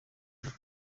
y’uko